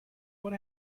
what